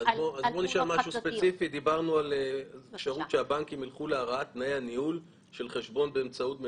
וזה ניסיונם של הבנקים לדחוק את יועצי המשכנתאות שלא